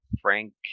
Frank